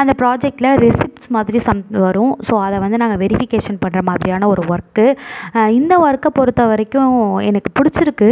அந்த ப்ராஜக்ட்டில் ரெசிப்ட்ஸ் மாதிரி சம் வரும் ஸோ அதை வந்து நாங்கள் வெரிஃபிகேஷன் பண்ணுற மாதிரியான ஒரு ஒர்க்கு இந்த ஒர்க்கை பொருத்த வரைக்கும் எனக்கு பிடிச்சிருக்கு